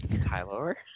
Tyler